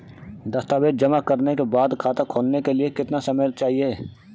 दस्तावेज़ जमा करने के बाद खाता खोलने के लिए कितना समय चाहिए?